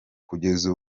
kugeza